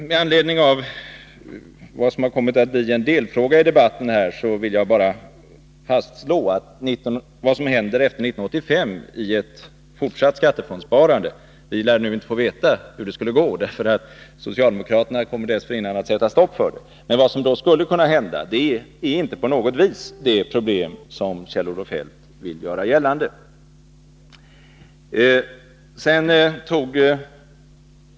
Med anledning av det som kommit att bli en delfråga i debatten vill jag bara fastslå att vad som skulle kunna hända efter 1985 i ett fortsatt skattefondssparande — vi lär nu inte få veta hur det skulle gå, därför att socialdemokraterna dessförinnan kommer att sätta stopp för detta sparande — är inte alls att det skulle uppkomma problem på det sätt som Kjell-Olof Feldt vill göra gällande.